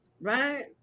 Right